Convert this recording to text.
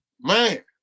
Man